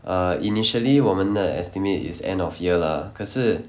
err initially 我们的 estimate is end of year lah 可是